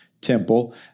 temple